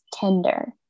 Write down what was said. tender